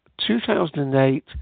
2008